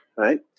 right